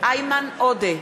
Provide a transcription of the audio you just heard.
איימן עודה,